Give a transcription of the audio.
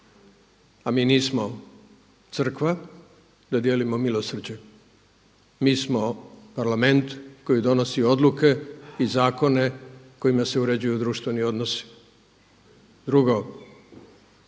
A mi nismo crkva da dijelimo milosrđe, mi smo Parlament koji donosi odluke i zakone kojima se uređuju društveni odnosi. Drugo,